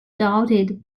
doubted